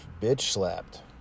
bitch-slapped